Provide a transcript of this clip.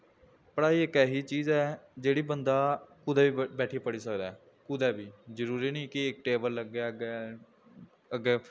पढ़ाई इक ऐसी चीज ऐ जेह्ड़ी बंदा कुदै बी बैठियै पढ़ी सकदा ऐ कुदै बी जरूरी निं कि इक टेबल लग्गै अग्गैं अग्गै